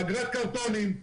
אגרת קרטונים,